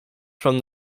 from